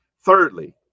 thirdly